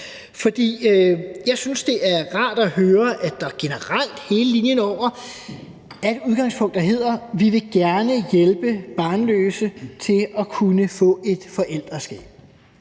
jeg synes, at det er rart at høre, at der generelt over hele linjen er et udgangspunkt, der hedder: Vi vil gerne hjælpe barnløse til at kunne få et forældreskab.